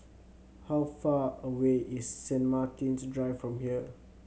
how far away is Saint Martin's Drive from here